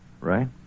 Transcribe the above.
right